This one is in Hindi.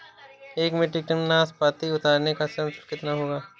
एक मीट्रिक टन नाशपाती उतारने का श्रम शुल्क कितना होगा?